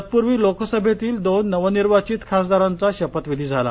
तत्पूर्वी लोकसभेतील दोन नवनिर्वांचित खासदारांचा शपथविधी झाला